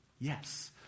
yes